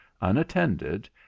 unattended